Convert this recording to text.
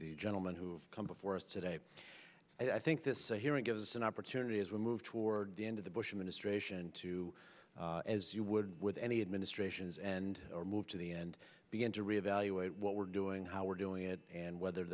the gentleman who come before us today i think this hearing gives an opportunity as we move toward the end of the bush administration to as you would with any administrations and or move to the end begin to re evaluate what we're doing how we're doing it and whether